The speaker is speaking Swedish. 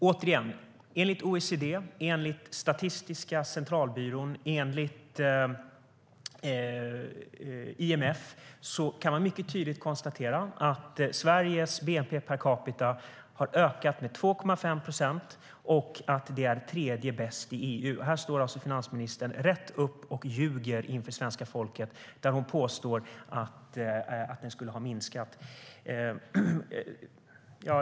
Återigen: Enligt OECD, Statistiska centralbyrån och IMF kan man konstatera att Sveriges bnp per capita har ökat med 2,5 procent, och vi är det tredje bästa landet i EU. Här står alltså finansministern rätt upp och ljuger inför svenska folket när hon påstår att bnp per capita skulle ha minskat.